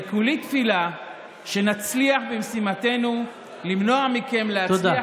וכולי תפילה שנצליח במשימתנו למנוע מכם להצליח